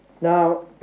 Now